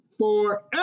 forever